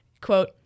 quote